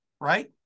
Right